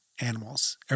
animals